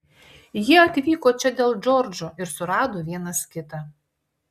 jie atvyko čia dėl džordžo ir surado vienas kitą